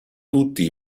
tutti